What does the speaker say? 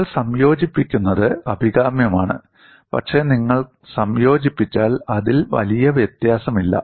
നിങ്ങൾ സംയോജിപ്പിക്കുന്നത് അഭികാമ്യമാണ് പക്ഷേ നിങ്ങൾ സംയോജിപ്പിച്ചാൽ അതിൽ വലിയ വ്യത്യാസമില്ല